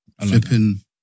Flipping